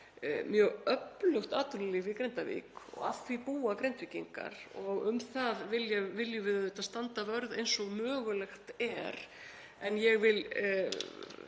mjög öflugt atvinnulíf í Grindavík og að því búa Grindvíkingar og um það viljum við auðvitað standa vörð eins og mögulegt er. En ég vil